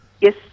Yes